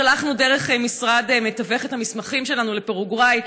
שלחנו דרך משרד מתווך את המסמכים שלנו לפרגוואי,